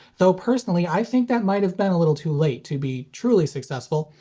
though personally i think that might have been a little too late to be truly successful,